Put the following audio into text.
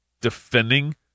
defending